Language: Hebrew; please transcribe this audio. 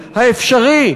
האפשרי,